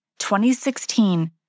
2016